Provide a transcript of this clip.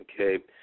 Okay